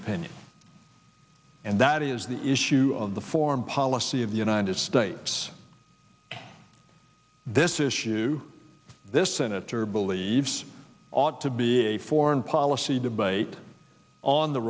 opinion and that is the issue of the foreign policy of the united states this issue this senator believes ought to be a foreign policy debate on the